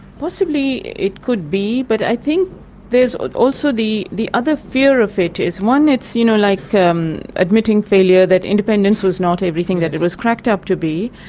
possibly it could be, but i think there's also. the the other fear of it is, one, it's you know like um admitting failure that independence was not everything it was cracked up to be,